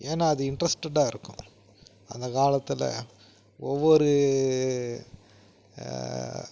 ஏன்னால் அது இன்ட்ரெஸ்ட்டடாக இருக்கும் அந்த காலத்தில் ஒவ்வொரு